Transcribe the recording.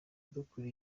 dukora